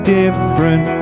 different